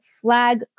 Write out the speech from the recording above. flag